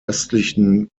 östlichen